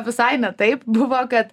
visai ne taip buvo kad